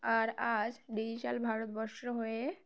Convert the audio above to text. আর আজ ডিজিটাল ভারতবর্ষ হয়ে